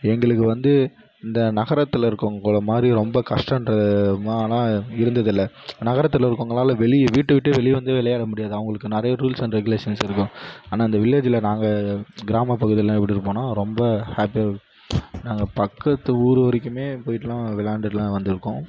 எங்களுக்கு வந்து இந்த நகரத்தில் இருக்கறவங்க கூட மாதிரி ரொம்ப கஷ்டன்றமான்னா இருந்தது இல்லை நகரத்தில் இருக்கறவங்களால வெளியே வீட்டை விட்டே வெளியே வந்து விளையாட முடியாது அவங்களுக்கு நிறைய ரூல்ஸ் அண்ட் ரெகுலேஷன்ஸ் இருக்கும் ஆனால் அந்த வில்லேஜில் நாங்கள் கிராம பகுதிலெலாம் எப்படி இருப்போம்னா ரொம்ப ஹாப்பியாக நாங்கள் பக்கத்து ஊர் வரைக்குமே போயிட்டெலாம் விளையாண்டுட்டுலாம் வந்திருக்கோம்